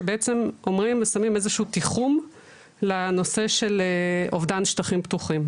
שבעצם אומרים ושמים איזה שהוא תיחום לנושא של אובדן שטחים פתוחים,